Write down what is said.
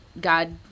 God